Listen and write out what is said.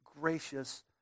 gracious